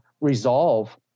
resolve